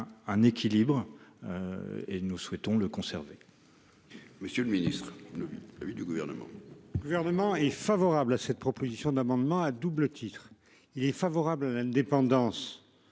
Un équilibre. Et nous souhaitons le concert. Oui. Monsieur le Ministre ne vis à vis du gouvernement. Parlement est favorable à cette proposition d'amendement à double titre, il est favorable à l'indépendance